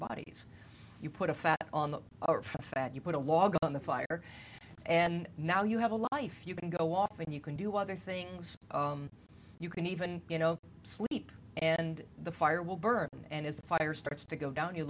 bodies you put a fat on the fat you put a log on the fire and now you have a life you can go off and you can do other things you can even you know sleep and the fire will burn and as the fire starts to go down